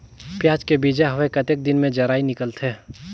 पियाज के बीजा हवे कतेक दिन मे जराई निकलथे?